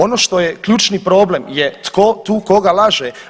Ono što je ključni problem je tko tu koga laže.